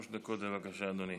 שלוש דקות, בבקשה, אדוני.